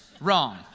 wrong